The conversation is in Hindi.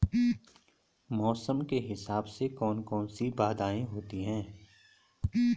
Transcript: मौसम के हिसाब से कौन कौन सी बाधाएं होती हैं?